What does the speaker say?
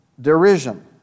derision